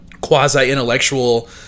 quasi-intellectual